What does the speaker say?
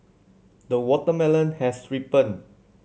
the watermelon has ripened